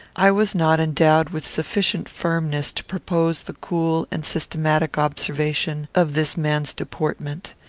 i was not endowed with sufficient firmness to propose the cool and systematic observation of this man's deportment.